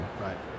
Right